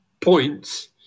points